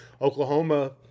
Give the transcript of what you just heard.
Oklahoma